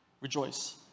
rejoice